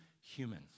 human